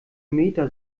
meta